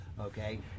okay